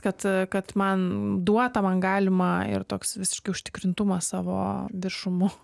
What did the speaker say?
kad kad man duota man galima ir toks visiškai užtikrintumas savo viršumu